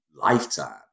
lifetime